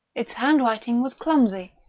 its handwriting was clumsy,